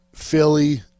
Philly